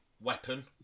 weapon